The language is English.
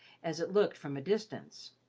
as it looked from a distance.